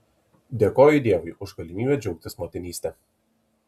dėkoju dievui už galimybę džiaugtis motinyste